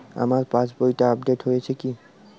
আমার পাশবইটা আপডেট হয়েছে কি?